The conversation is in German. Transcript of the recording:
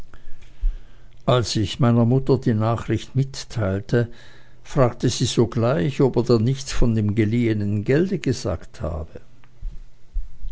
als ich meiner mutter die nachricht mitteilte fragte sie sogleich ob er denn nichts von dem geliehenen gelde gesagt habe